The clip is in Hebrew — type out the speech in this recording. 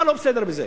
מה לא בסדר בזה?